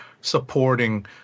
supporting